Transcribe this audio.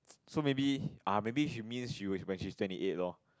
so maybe ah maybe she means she would when she is twenty eight lor